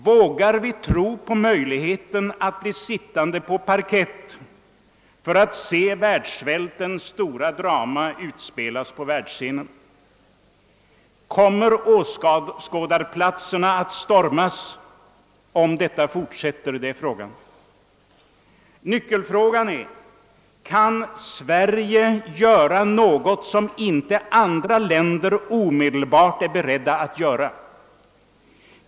Vågar vi tro på möjligheten att bli sittande på parkett för att se världssvältens stora drama utspelas på världsscenen? Kommer åskådarplatserna att stormas om detta fortsätter? — det är problemet. Nyckelfrågan är: Kan Sverige göra något som inte andra länder omedelbart är beredda att göra?